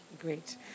Great